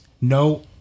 no